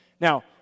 Now